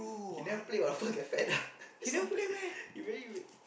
he never play what so get fat ah stop playing he really~